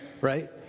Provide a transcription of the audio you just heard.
right